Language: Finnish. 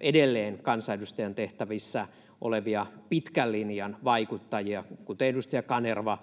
edelleen kansanedustajan tehtävissä olevia pitkän linjan vaikuttajia, kuten edustaja Kanervaa,